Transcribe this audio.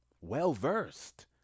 Well-versed